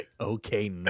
Okay